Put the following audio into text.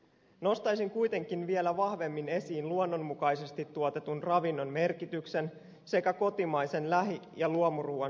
nostaisin kuitenkin vielä vahvemmin esiin luonnonmukaisesti tuotetun ravinnon merkityksen sekä kotimaisen lähi ja luomuruuan suosimisen